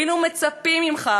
היינו מצפים ממך,